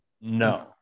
No